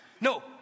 no